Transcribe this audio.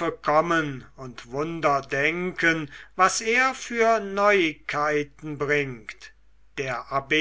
und wunder denken was er für neuigkeiten bringt der abb